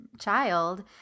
child